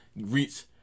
reach